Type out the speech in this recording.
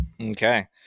okay